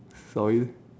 sorry